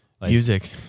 Music